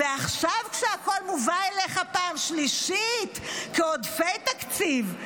ועכשיו כשהכול מובא אליך בפעם השלישית כעודפי תקציב,